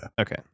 Okay